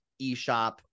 eShop